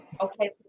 Okay